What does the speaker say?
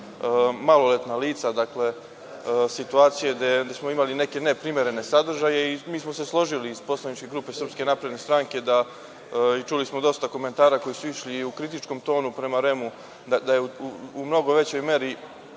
maloletna lica, dakle, situacije gde smo imali neke neprimerene sadržaje. Mi smo se složili iz poslaničke grupe SNS i čuli smo dosta komentara koji su išli i u kritičkom tonu prema REM-u, da je u mnogo većoj meri